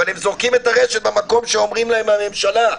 אבל הם זורקים את הרשת במקום שאומרים להם הממשלה.